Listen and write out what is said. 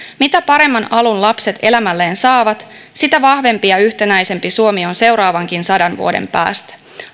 mitä paremman alun lapset elämälleen saavat sitä vahvempi ja yhtenäisempi suomi on seuraavankin sadan vuoden päästä